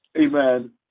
amen